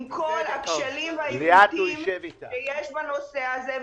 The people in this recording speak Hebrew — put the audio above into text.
עם כל הכשלים והעיוותים שיש בנושא הזה,